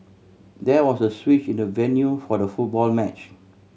there was a switch in the venue for the football match